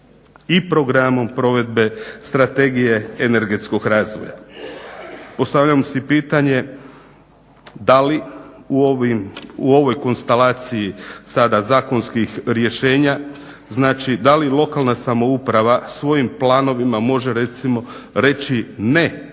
i programom provedbe strategije energetskog razvoja.". Postavljam si pitanjem, da li u ovoj konstelaciji sada zakonskih rješenja, znači da li lokalna samouprava svojim planovima može, recimo reći ne nekim